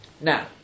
now